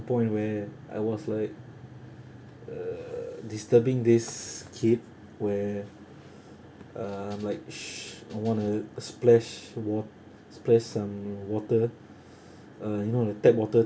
point where I was like disturbing uh this kid where uh I'm like s~ I want to splash wa~ splash some water uh you know like tap water